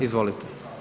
Izvolite.